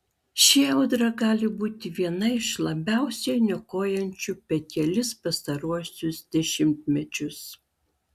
ši audra gali būti viena iš labiausiai niokojančių per kelis pastaruosius dešimtmečius